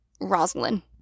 Rosalind